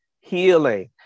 healing